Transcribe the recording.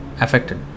affected